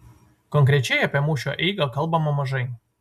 konkrečiai apie mūšio eigą kalbama mažai